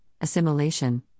assimilation